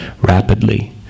rapidly